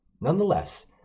Nonetheless